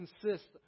consists